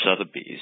Sotheby's